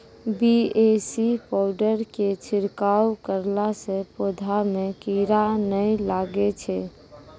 BAC powder के छिड़काव करला से पौधा मे कीड़ा नैय लागै छै?